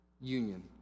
union